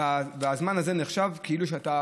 והזמן הזה נחשב כאילו שאתה